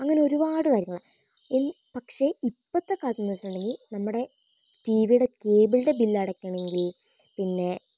അങ്ങനെ ഒരുപാട് കാര്യങ്ങളാണ് ഈ പക്ഷേ ഇപ്പത്തെ കാലത്തെന്ന് വെച്ചിട്ടുണ്ടെങ്കില് നമ്മടെ ടീവീടെ കേബിളിൻ്റെ ബില്ലടയ്ക്കണമെങ്കിൽ പിന്നെ